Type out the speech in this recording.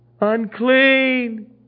Unclean